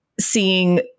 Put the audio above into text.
seeing